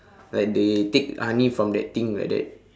like they take honey from that thing like that